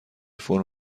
فرم